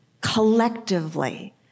collectively